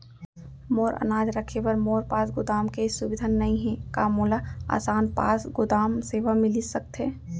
मोर अनाज रखे बर मोर पास गोदाम के सुविधा नई हे का मोला आसान पास गोदाम सेवा मिलिस सकथे?